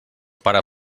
pare